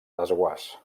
desguàs